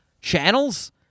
channels